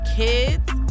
kids